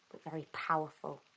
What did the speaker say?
very powerful